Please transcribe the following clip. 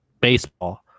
baseball